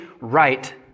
right